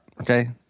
okay